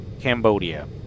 Cambodia